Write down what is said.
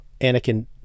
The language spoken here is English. Anakin